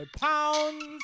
pounds